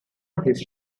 his